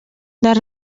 les